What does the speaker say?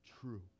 true